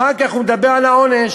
אחר כך הוא מדבר על העונש.